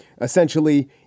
essentially